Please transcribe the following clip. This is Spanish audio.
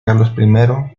carlos